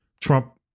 Trump